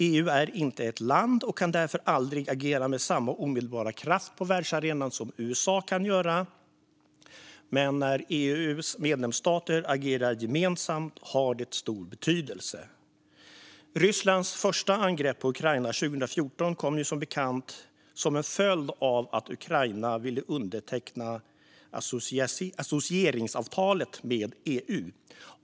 EU är inte ett land och kan därför aldrig agera med samma omedelbara kraft på världsarenan som USA kan göra, men när EU:s medlemsstater agerar gemensamt har det stor betydelse. Rysslands första angrepp på Ukraina 2014 kom ju som bekant som en följd av att Ukraina ville underteckna associeringsavtalet med EU.